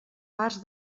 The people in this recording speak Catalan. parts